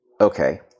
okay